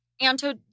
Anto